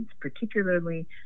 particularly